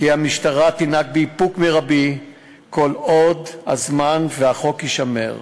המשטרה תנהג באיפוק מרבי כל עוד החוק יישמר.